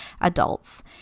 adults